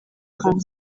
kanwa